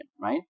right